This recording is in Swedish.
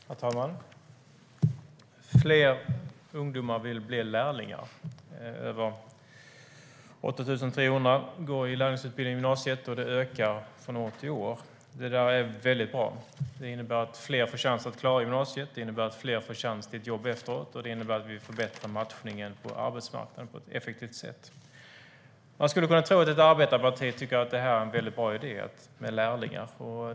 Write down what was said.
Herr talman! Fler ungdomar vill bli lärlingar. Över 8 300 går i lärlingsutbildning på gymnasiet, och det ökar från år till år. Det är mycket bra. Det innebär att fler får chans att klara gymnasiet och att fler får chans till ett jobb efteråt. Det innebär också att vi förbättrar matchningen på arbetsmarknaden på ett effektivt sätt. Man skulle kunna tro att ett arbetarparti tycker att lärlingar är en bra idé.